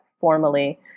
formally